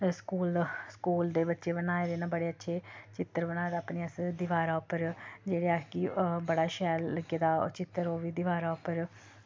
school दा school दे बच्चे बनाए दे न बड़े अच्छे चित्तर बनाए दा अपने असें दवारा उप्पर जेह्ड़ा असें कि बड़ा शैल लग्गे दा चित्तर ओह् बी दवारा उप्पर